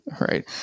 Right